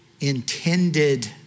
intended